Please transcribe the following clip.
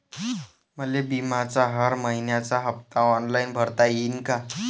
मले बिम्याचा हर मइन्याचा हप्ता ऑनलाईन भरता यीन का?